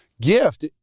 gift